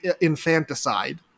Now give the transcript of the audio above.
infanticide